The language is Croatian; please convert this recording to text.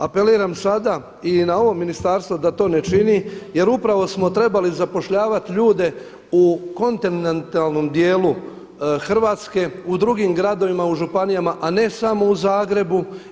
Apeliram sada i na ovo ministarstvo da to ne čini jer upravo smo trebali zapošljavati ljude u kontinentalnom dijelu Hrvatske u drugim gradovima, u županijama a ne samo u Zagrebu.